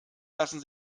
lassen